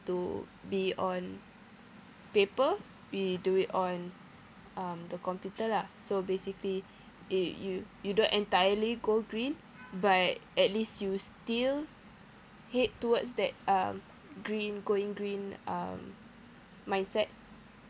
to be on paper we do it on um the computer lah so basically yo~ you you don't entirely go green but at least you still head towards that um green going green um mindset